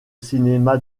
cinéma